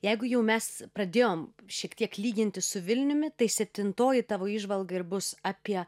jeigu jau mes pradėjom šiek tiek lyginti su vilniumi tai septintoji tavo įžvalga ir bus apie